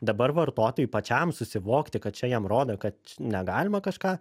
dabar vartotojui pačiam susivokti kad čia jam rodo kad negalima kažką